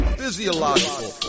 physiological